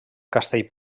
castell